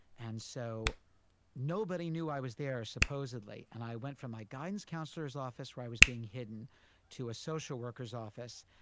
and so nobody knew i was there, supposedly. and i went from my gains counselor's office where i was being hidden to a social workers office.